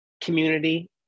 community